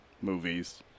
movies